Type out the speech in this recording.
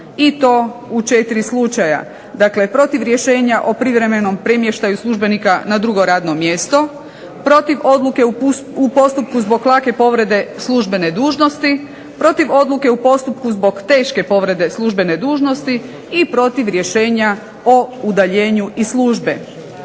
i to u četiri slučaja. Dakle, protiv rješenja o privremenom premještaju službenika na drugo radno mjesto, protiv odluke u postupku zbog lake povrede službene dužnosti, protiv odluke u postupku zbog teške povrede službene dužnosti i protiv rješenja o udaljenju iz službe.